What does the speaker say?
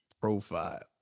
profile